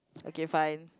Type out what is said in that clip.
okay fine